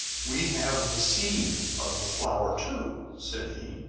we have the seed of the flower, too, said he.